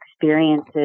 experiences